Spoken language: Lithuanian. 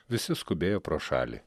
visi skubėjo pro šalį